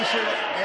חוצפה.